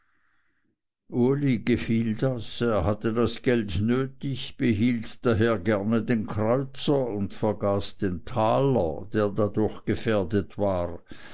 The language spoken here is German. das er hatte das geld nötig behielt daher gerne den kreuzer und vergaß den taler der dadurch gefährdet war